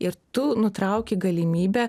ir tu nutrauki galimybę